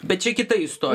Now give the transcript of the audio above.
bet čia kita istorija